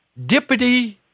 dippity